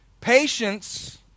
Patience